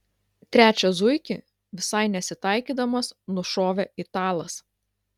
trečią zuikį visai nesitaikydamas nušovė italas